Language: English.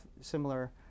similar